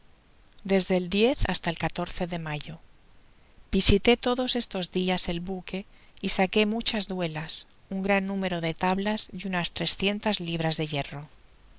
desde el día hasta el de mayo visitó todos estos dias el buque y saqué muchas duelas un gran número de tablas y unas trescientas libras de hierro